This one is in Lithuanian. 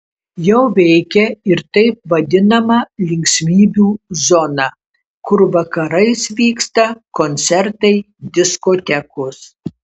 jau veikia ir taip vadinama linksmybių zona kur vakarais vyksta koncertai diskotekos